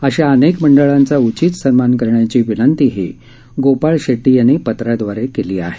अशा अनेक मंडळांचा उचित सन्मान करण्याची विनंती गोपाळ शेट्टी यांनी पत्राद्वारे केली आहे